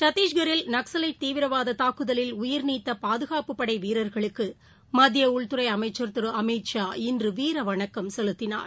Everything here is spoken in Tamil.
சத்தீஷ்கரில் நக்சலைட் தீவிரவாததாக்குதலில் உயிர்நீத்தபாதுகாப்புப்படைவீரர்களுக்குமத்தியஉள்துறைஅமைச்சர் திருஅமித் ஷா இன்றுவீரவணக்கம் செலுத்தினார்